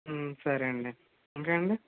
సరే అండి ఇంకా అండి